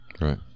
Right